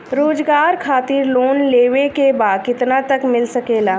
रोजगार खातिर लोन लेवेके बा कितना तक मिल सकेला?